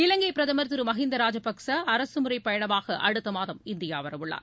இலங்கை பிரதமர் திரு மஹிந்தா ராஜபக்சே அரசுமுறைப் பயணமாக அடுத்த மாதம் இந்தியா வர உள்ளார்